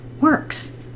works